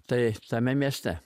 tai tame mieste